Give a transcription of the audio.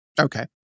Okay